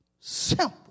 simple